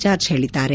George ಹೇಳಿದ್ದಾರೆ